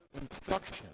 instruction